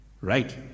Right